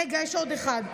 רגע, יש עוד אחד.